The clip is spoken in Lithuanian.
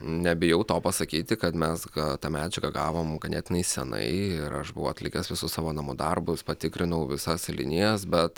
nebijau to pasakyti kad mes ga tą medžiagą gavom ganėtinai senai ir aš buvau atlikęs visus savo namų darbus patikrinau visas linijas bet